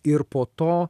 ir po to